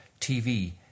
TV